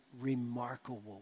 remarkable